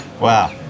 wow